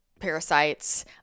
parasites